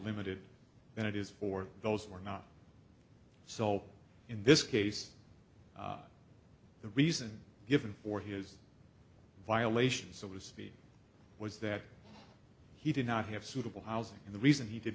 limited than it is for those who are not so in this case the reason given for his violations of his feet was that he did not have suitable housing and the reason he did